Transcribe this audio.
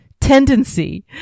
tendency